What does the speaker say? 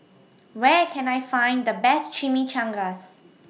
Where Can I Find The Best Chimichangas